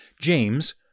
James